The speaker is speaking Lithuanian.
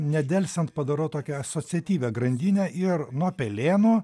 nedelsiant padarau tokią asociatyvią grandinę ir nuo pelėno